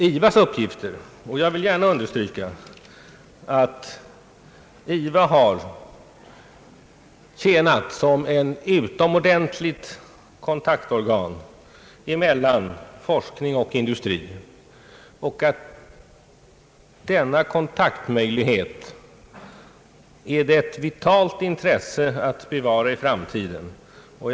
IVA har tjänat som ett utomordentligt kontaktorgan mellan forskning och industri, och jag vill understryka att dei är ett vitalt intresse att bevara denna kontaktmöjlighet i framtiden.